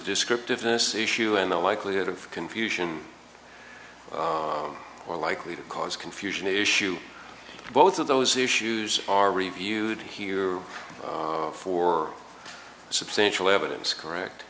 descriptive this issue and the likelihood of confusion are likely to cause confusion issue both of those issues are reviewed here for substantial evidence correct